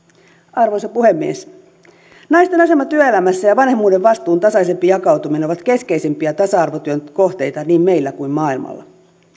arvoisa puhemies naisten asema työelämässä ja vanhemmuuden vastuun tasaisempi jakautuminen ovat keskeisimpiä tasa arvotyön kohteita niin meillä kuin maailmalla